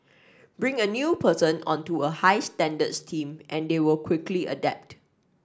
bring a new person onto a high standards team and they will quickly adapt